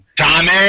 Tommy